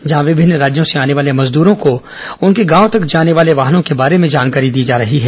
जहां विभिन्न राज्यों से आने वाले श्रमिकों को उनके गांव तक जाने वाले वाहनों के बारे में जानकारी दी जा रही है